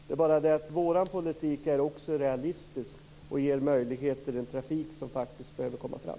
Det är bara det att vår politik är också realistisk och ger möjligheter till den trafik som faktiskt behöver komma fram.